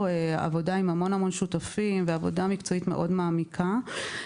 עבודה עם המון שותפים ועבודה מקצועית מאוד מעמיקה.